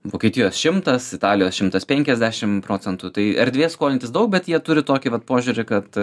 vokietijos šimtas italijos šimtas penkiasdešimt procentų tai erdvės skolintis daug bet jie turi tokį pat požiūrį kad